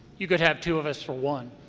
you could have two of us for one.